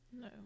No